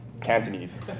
Cantonese